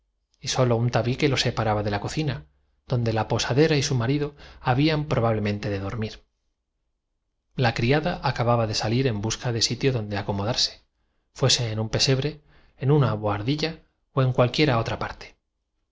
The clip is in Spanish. y sólo un tabique lo separaba de la cocina donde de blancura que hacía tan marcado contraste con su corbata negra la posadera y su marido habían probablemente de dormir la criada que guillermo se lo hizo observar bromeando a próspero acababa de salir en busca de sitio donde acomodarse fuese en un pe sebre en una bohardilla o en cualquiera otra parte